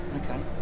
Okay